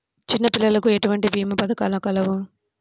చిన్నపిల్లలకు ఎటువంటి భీమా పథకాలు కలవు?